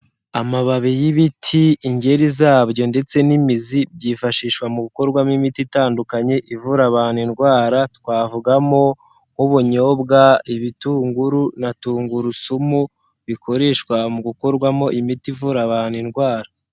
Amababi y'ibiti ingeri zabyo ndetse n'imizi byifashishwa mu gukorwamo imiti itandukanye ivura abantu indwara twavugamo nk'ubunyobwa, ibitunguru na tungurusumu, bikoreshwa mu gukorwamo imiti ivura abantu indwara.